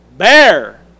Bear